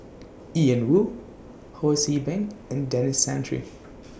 Ian Woo Ho See Beng and Denis Santry